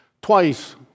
twice